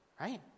right